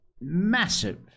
massive